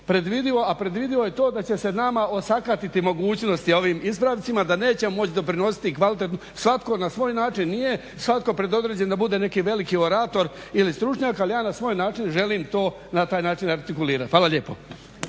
a predvidivo je to će se nama osakatiti mogućnosti ovim ispravcima da nećemo moći doprinositi kvalitetnom, svatko na svoj način nije, nije svatko predodređen da bude neki veliki orator ili stručnjak, ali ja na svoj način želim to na taj način artikulirati. Hvala lijepo.